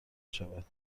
شود